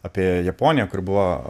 apie japoniją kur buvo